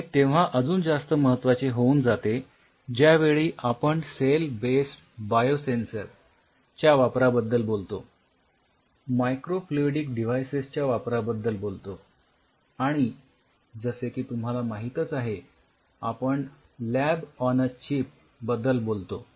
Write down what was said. पण हे तेव्हा अजून जास्त महत्वाचे होऊन जाते ज्यावेळी आपण सेल बेस्ड बायोसेंसर च्या वापराबद्दल बोलतो मायक्रोफ्लुइडिक डिव्हाइसेसच्या वापराबद्दल बोलतो आणि जसे की तुम्हाला माहीतच आहे आपण लॅब ऑन अ चिप बद्दल बोलतो